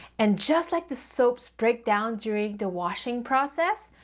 and just like the soaps break down during the washing process,